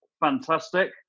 fantastic